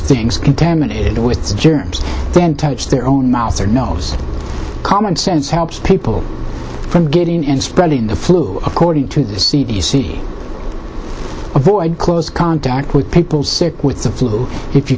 things contaminated with germs then touch their own mouth or nose common sense helps people get in and spreading the flu according to the c d c avoid close contact with people sick with the flu if you